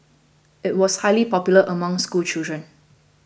it was highly popular among schoolchildren